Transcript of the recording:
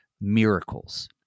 miracles